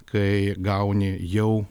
kai gauni jau